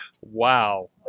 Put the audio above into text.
Wow